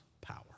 power